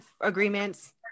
Agreements